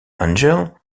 angel